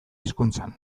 hizkuntzan